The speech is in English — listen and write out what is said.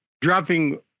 dropping